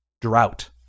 drought